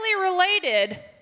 related